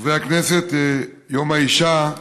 חברי הכנסת, יום האישה,